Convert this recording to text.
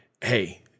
hey